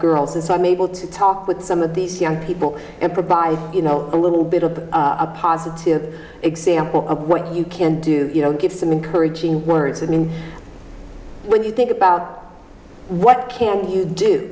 girls and so i'm able to talk with some of these young people and provide you know a little bit of a positive example of what you can do you know give some encouraging words i mean when you think about what can you do